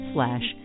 Slash